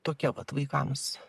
tokia vat vaikams